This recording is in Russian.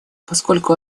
поскольку